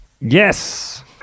Yes